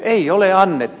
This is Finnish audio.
ei ole annettu